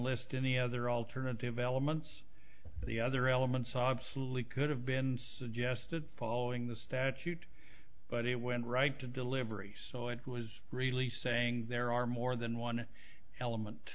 list any other alternative elements the other elements obviously could have been suggested following the statute but it went right to delivery so it was really saying there are more than one element